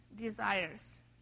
desires